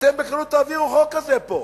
אתם בכלל תעבירו חוק כזה פה.